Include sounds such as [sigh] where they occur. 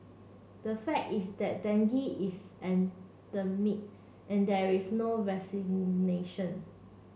the fact is that dengue is endemic and there is no [unintelligible]